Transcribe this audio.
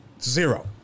Zero